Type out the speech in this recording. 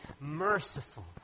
merciful